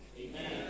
Amen